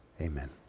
Amen